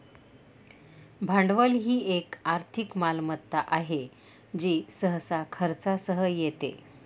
भांडवल ही एक आर्थिक मालमत्ता आहे जी सहसा खर्चासह येते